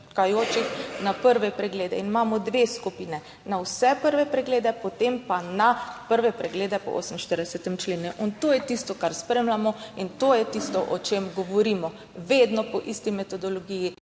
čakajočih na prve preglede. In imamo dve skupini - na vse prve preglede, potem pa na prve preglede po 48. členu. In to je tisto, kar spremljamo in to je tisto, o čemer govorimo, vedno po isti metodologiji,